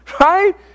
Right